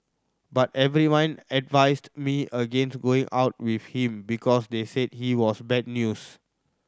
but everyone advised me against going out with him because they said he was bad news